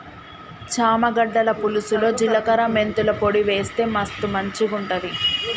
చామ గడ్డల పులుసులో జిలకర మెంతుల పొడి వేస్తె మస్తు మంచిగుంటది